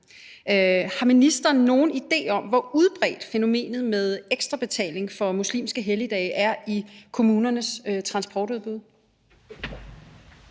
Har ministeren nogen idé om, hvor udbredt fænomenet med ekstra betaling for muslimske helligdage er i kommunernes transportudbud?